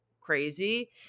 crazy